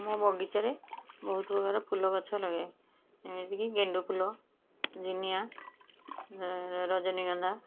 ମୋ ବଗିଚାରେ ବହୁତ ପ୍ରକାର ଫୁଲ ଗଛ ଲଗାଏ ଯେମିତିକି ଗେଣ୍ଡୁ ଫୁଲ ଜିନିଆ ରଜନୀଗନ୍ଧା